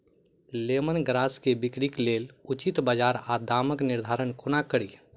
Lemon grass केँ बिक्रीक लेल उचित बजार आ दामक निर्धारण कोना कड़ी?